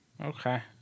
Okay